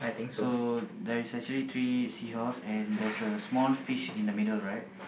so there is actually three seahorse and there's a small fish in the middle right